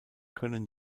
können